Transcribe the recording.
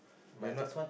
you're not